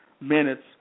minutes